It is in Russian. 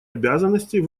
обязанностей